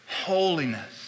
holiness